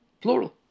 plural